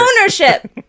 Ownership